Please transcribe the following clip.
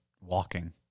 walking